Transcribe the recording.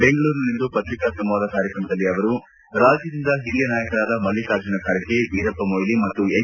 ಬೆಂಗಳೂರಿನಲ್ಲಿಂದು ಪ್ರತಿಕಾ ಸಂವಾದ ಕಾರ್ಯಕ್ರಮದಲ್ಲಿ ಅವರು ರಾಜ್ಯದಿಂದ ಹಿರಿಯ ನಾಯಕರಾದ ಮಲ್ಲಿಕಾರ್ಜುನ ಖರ್ಗೆ ವೀರಪ್ಪ ಮೊಯಿಲಿ ಮತ್ತು ಎಚ್